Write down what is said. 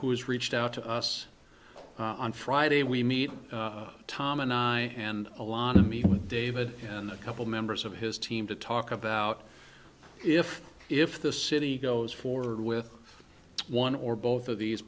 who has reached out to us on friday we meet tom and i and a lot of me with david and a couple members of his team to talk about if if the city goes forward with one or both of these